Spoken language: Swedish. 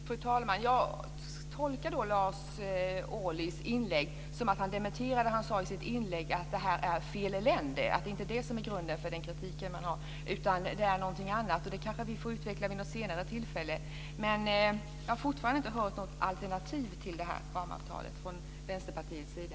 Fru talman! Jag tolkar Lars Ohlys inlägg som att han dementerar det som han sade i sitt inlägg, att detta är fel länder och att det inte är det som är grunden för den kritik han har utan att det är någonting annat. Det kanske vi får utveckla vid något senare tillfälle. Men jag har fortfarande inte hört något alternativ till detta ramavtal från Vänsterpartiets sida.